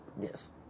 yes